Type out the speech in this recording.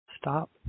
Stop